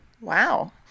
Wow